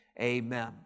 amen